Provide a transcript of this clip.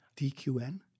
DQN